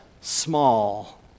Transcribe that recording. small